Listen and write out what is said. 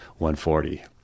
140